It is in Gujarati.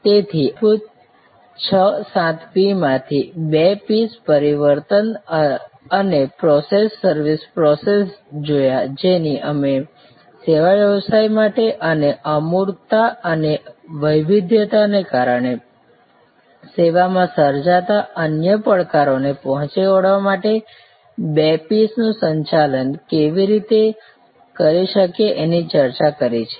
તેથી અમે મૂળભૂત રીતે 6 7 P માંથી 2 P's પરિવર્તન અને પ્રોસેસ સર્વિસ પ્રોસેસ જોયા જેની અમે સેવા વ્યવસાય માટે અને અમૂર્તતા અને વૈવધ્યતા ને કારણે સેવામાં સર્જાતા અનન્ય પડકારોને પહોંચી વળવા માટે આ 2 P's નું સંચાલન કેવી રીતે કરી શકી એની ચર્ચા કરી છે